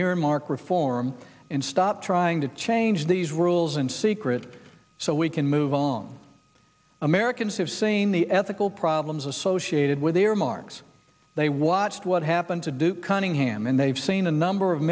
earmark reform and stop trying to change these rules in secret so we can move on americans have seen the ethical problems associated with their marks they watched what happened to duke cunningham and they've seen a number of